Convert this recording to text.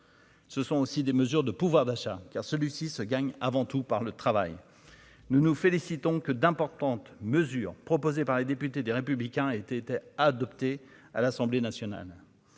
Ce sont aussi des mesures de pouvoir d'achat qui a, celui-ci se gagne avant tout par le travail, nous nous félicitons que d'importantes mesures proposées par les députés des républicains était adopté à l'Assemblée nationale